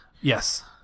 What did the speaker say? Yes